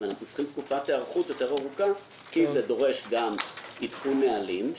ואנחנו צריכים תקופת היערכות יותר ארוכה כי זה דורש גם עדכון נהלים,